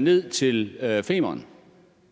ned til Femern?